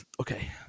okay